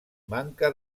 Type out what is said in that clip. manca